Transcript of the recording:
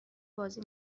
بازی